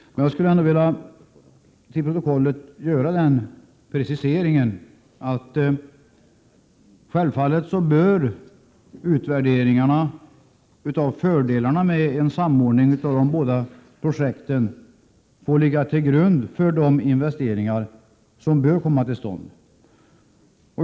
Jag skulle ändå till protokollet vilja göra den preciseringen att utvärderingarna av fördelarna med en samordning mellan de båda projekten självfallet bör få ligga till grund för de investeringar som bör komma till stånd.